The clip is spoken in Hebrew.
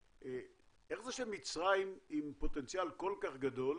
איך זה שמצרים עם פוטנציאל כל כך גדול